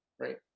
Right